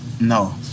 No